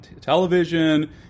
television